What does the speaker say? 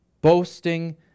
boasting